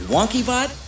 WonkyBot